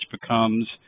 becomes –